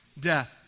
death